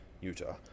Utah